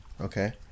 Okay